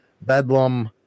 Bedlam